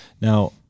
Now